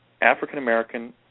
African-American